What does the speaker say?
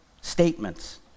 statements